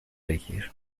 بگیر